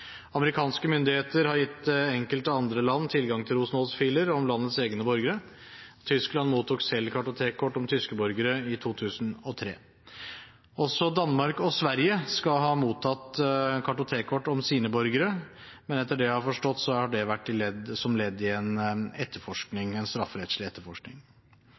Amerikanske myndigheter har gitt enkelte andre land tilgang til Rosenholz-filer om landets egne borgere. Tyskland mottok selv kartotekkort om tyske borgere i 2003. Også Danmark og Sverige skal ha mottatt kartotekkort om sine borgere. Etter det jeg har forstått, har det vært som ledd i en strafferettslig etterforskning.